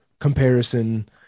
comparison